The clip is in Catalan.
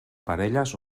parelles